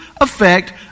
effect